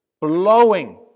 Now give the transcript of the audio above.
blowing